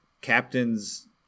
captain's